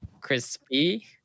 crispy